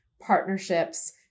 partnerships